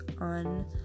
on